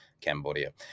Cambodia